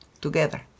together